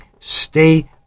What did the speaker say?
stay